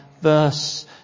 verse